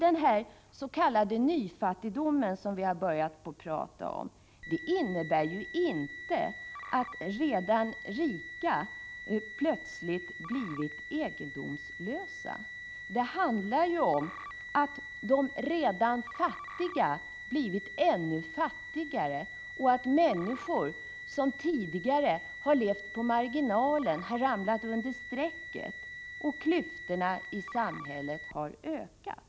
Den s.k. nyfattigdom som vi har börjat tala om innebär inte att redan rika plötsligt har blivit egendomslösa utan den innebär att de redan fattiga har blivit ännu fattigare. Människor som tidigare har levt på marginalen har så att säga fallit under strecket. Klyftorna i samhället har således ökat.